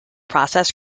process